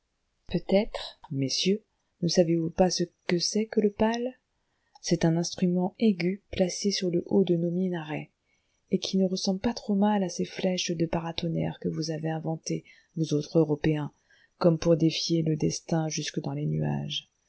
peut-être messieurs ne savez-vous pas ce que c'est que le pal c'est un instrument aigu placé sur le haut de nos minarets et qui ne ressemble pas trop mal à ces flèches de paratonnerres que vous avez inventées vous autres européens comme pour défier le destin jusque dans les nuages